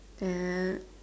then